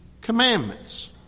commandments